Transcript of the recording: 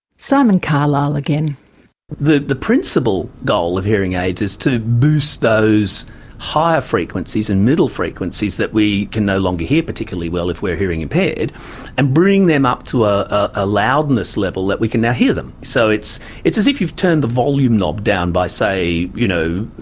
so um and ah the the principal goal of hearing aids is to boost those higher frequencies and middle frequencies that we can no longer hear particularly well if we are hearing-impaired and bring them up to a ah loudness level that we can now hear them. so it's it's as if you've turned the volume knob down by, say, you know,